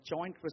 joint